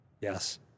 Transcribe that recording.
Yes